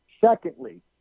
Secondly